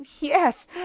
Yes